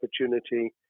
opportunity